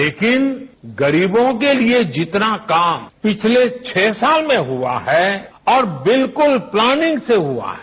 लेकिन गरीबों के लिए जितना काम पिछले छह साल में हुआ है और बिल्कुल प्लानिंग से हुआ है